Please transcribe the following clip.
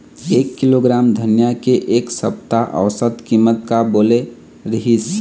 एक किलोग्राम धनिया के एक सप्ता औसत कीमत का बोले रीहिस?